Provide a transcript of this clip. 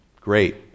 Great